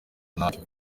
ntacyo